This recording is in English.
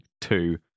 Two